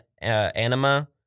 Anima